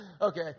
Okay